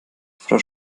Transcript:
frau